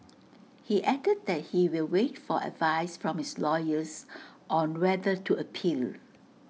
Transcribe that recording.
he added that he will wait for advice from his lawyers on whether to appeal